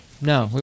no